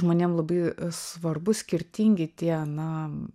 žmonėm labai svarbu skirtingi tie na